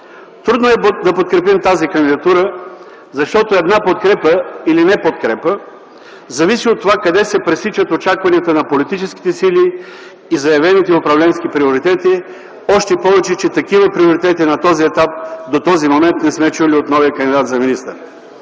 Трудно е да подкрепим тази кандидатура, защото една подкрепа или неподкрепа зависи от това къде се пресичат очакванията на политическите сили и заявените управленски приоритети, още повече, че такива приоритети до този момент не сме чули от новия кандидат за министър.